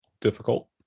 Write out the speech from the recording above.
difficult